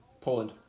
Poland